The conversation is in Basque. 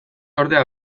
ordea